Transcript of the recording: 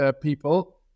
people